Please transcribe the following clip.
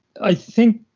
i think